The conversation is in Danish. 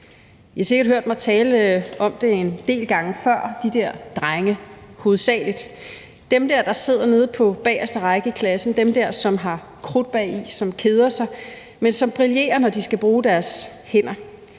I har sikkert hørt mig tale om dem en del gange før, de der drenge, hovedsagelig, dem dér, der sidder nede på bageste række i klassen, dem dér, som har krudt bagi, og som keder sig, men som brillerer, når de skal bruge deres hænder.